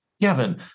Gavin